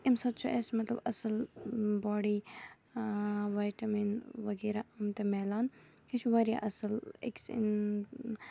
اَمہِ سۭتۍ چھُ اَسہِ مطلب اصل باڈی وَاٹَمِن وغیرہ تہِ مِلان یہِ چھُ وارایاہ اصل أکِس اِن